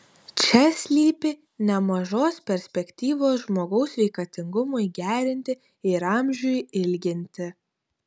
čia slypi nemažos perspektyvos žmogaus sveikatingumui gerinti ir amžiui ilginti